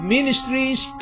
Ministries